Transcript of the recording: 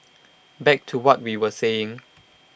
back to what we were saying